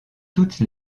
toutes